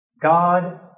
God